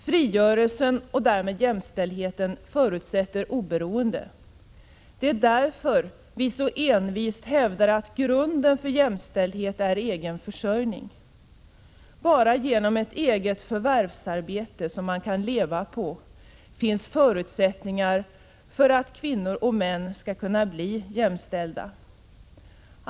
Frigörelsen, och därmed jämställdheten, förutsätter oberoende. Det är därför vi så envist hävdar att grunden för jämställdhet är egen försörjning. Bara genom ett eget förvärvsarbete som man kan leva på finns förutsättningar för att kvinnor skall bli jämställda med männen.